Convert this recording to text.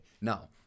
now